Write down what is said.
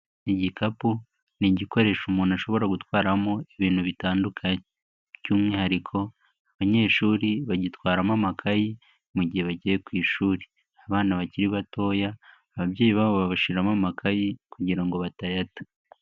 Igikapu ni igikoresho umuntu ashobora gutwaramo ibintu bitandukanye by'umwihariko abanyeshuri bagitwaramo amakayi mu gihe bagiye ku ishuri, abana bakiri batoya ababyeyi babo babashiramo amakayi kugira ngo batayata.